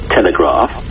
Telegraph